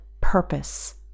purpose